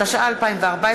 התשע"ה 2014,